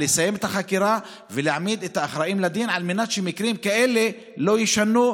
לסיים את החקירה ולהעמיד את האחראים לדין על מנת שמקרים כאלה לא יישנו,